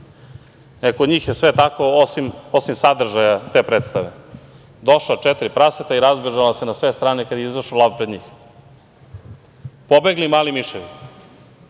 Kod njih je sve tako osim sadržaja te predstave, došla četiri praseta i razbežala se na sve strane kada je izašao lav pred njih, pobegli mali miševi.Brže